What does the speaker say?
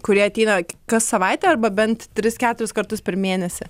kurie ateina kas savaitę arba bent tris keturis kartus per mėnesį